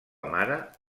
mare